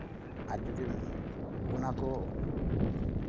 ᱟᱨ ᱡᱩᱫᱤ ᱚᱱᱟ ᱠᱚ